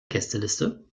gästeliste